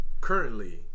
currently